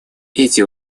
эти